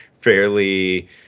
fairly